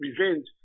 revenge